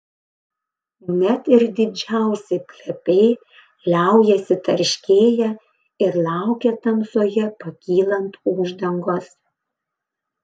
net ir didžiausi plepiai liaujasi tarškėję ir laukia tamsoje pakylant uždangos